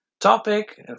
topic